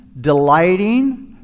delighting